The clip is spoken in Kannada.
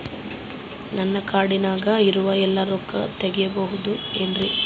ನನ್ನ ಕಾರ್ಡಿನಾಗ ಇರುವ ಎಲ್ಲಾ ರೊಕ್ಕ ತೆಗೆಯಬಹುದು ಏನ್ರಿ?